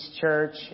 Church